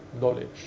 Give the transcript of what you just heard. knowledge